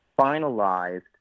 finalized